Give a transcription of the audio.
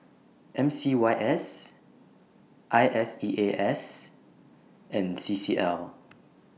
M C Y S I S E A S and C C L